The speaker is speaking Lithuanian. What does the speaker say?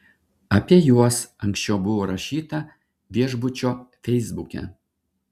apie juos anksčiau buvo rašyta viešbučio feisbuke